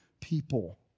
people